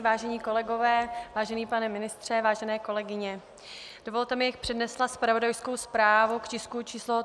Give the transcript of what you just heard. Vážení kolegové, vážený pane ministře, vážené kolegyně, dovolte mi, abych přednesla zpravodajskou zprávou k tisku číslo 374